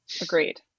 Agreed